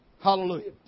Hallelujah